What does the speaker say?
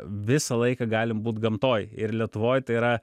visą laiką galim būt gamtoj ir lietuvoj tai yra